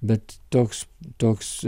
bet toks toks